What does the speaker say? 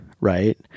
right